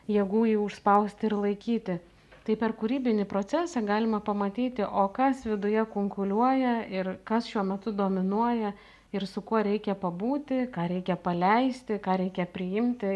jėgų jį užspausti ir laikyti tai per kūrybinį procesą galima pamatyti o kas viduje kunkuliuoja ir kas šiuo metu dominuoja ir su kuo reikia pabūti ką reikia paleisti ką reikia priimti